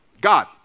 God